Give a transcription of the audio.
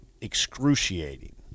excruciating